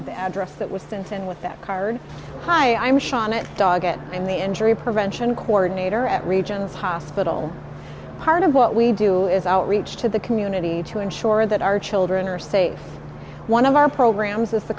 or the address that was sent in with that card hi i'm shanon dog at i'm the injury prevention cord nater at regional hospital part of what we do is outreach to the community to ensure that our children are safe one of our programs is the